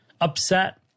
upset